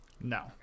No